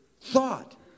thought